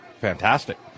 fantastic